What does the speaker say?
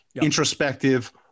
introspective